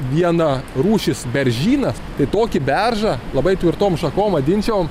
vienarūšis beržynas tai tokį beržą labai tvirtom šakom vadinčiau